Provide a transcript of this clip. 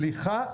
סליחה.